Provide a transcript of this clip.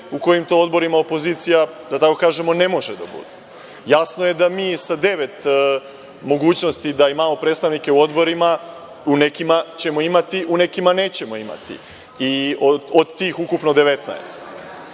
u kojim to odborima opozicija, da tako kažemo, ne može da bude. Jasno je da mi sa devet mogućnosti da imamo predstavnike u odborima, u nekima ćemo imati, u nekima nećemo imati, od ukupno tih